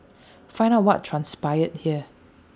find out what transpired here